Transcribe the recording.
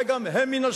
וגם הם מן השמאל,